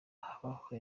habaho